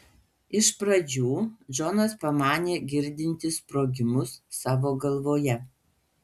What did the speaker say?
iš pradžių džonas pamanė girdintis sprogimus savo galvoje